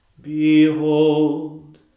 Behold